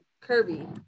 Kirby